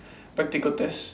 practical test